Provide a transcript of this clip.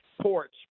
ports